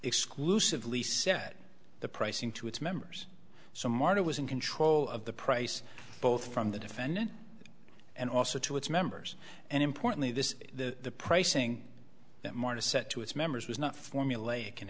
exclusively set the pricing to its members so marta was in control of the price both from the defendant and also to its members and importantly this the pricing that martha said to its members was not formulaic in